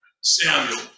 Samuel